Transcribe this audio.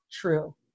true